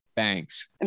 Thanks